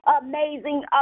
amazing